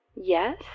Yes